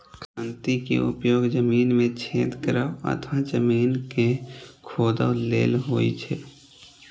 खंती के उपयोग जमीन मे छेद करै अथवा जमीन कें खोधै लेल होइ छै